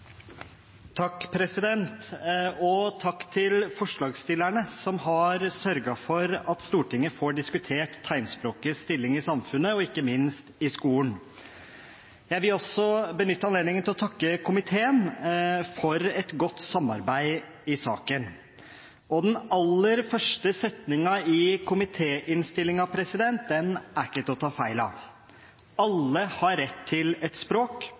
Takk til forslagsstillerne, som har sørget for at Stortinget får diskutert tegnspråkets stilling i samfunnet og ikke minst i skolen. Jeg vil også benytte anledningen til å takke komiteen for et godt samarbeid i saken. Den aller første setningen i komiteens merknader er ikke til å ta feil av, der det understrekes «at alle har rett til et språk,